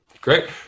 Great